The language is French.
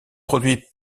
produit